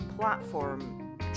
platform